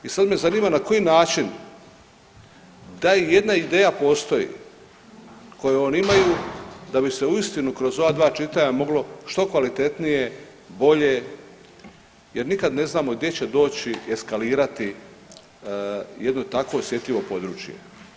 I sad me zanima na koji način ta jedna ideja postoji koju oni imaju, da bi se uistinu kroz ova dva čitanja moglo što kvalitetnije, bolje, jer nikad ne znamo gdje će doći i eskalirati jedno takvo osjetljivo područje.